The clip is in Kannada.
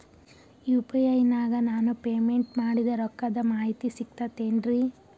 ಯು.ಪಿ.ಐ ನಾಗ ನಾನು ಪೇಮೆಂಟ್ ಮಾಡಿದ ರೊಕ್ಕದ ಮಾಹಿತಿ ಸಿಕ್ತಾತೇನ್ರೀ?